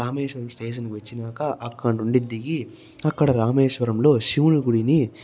రామేశ్వరం స్టేషన్కు వచ్చినాక అక్కనుండి దిగి అక్కడ రామేశ్వరంలో శివుని గుడిని